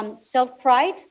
Self-pride